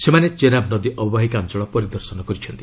ସେମାନେ ଚେନବ ନଦୀ ଅବବାହିକା ଅଞ୍ଚଳ ପରିଦର୍ଶନ କରିଛନ୍ତି